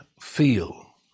feel